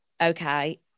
okay